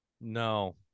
No